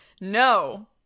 No